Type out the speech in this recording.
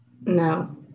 No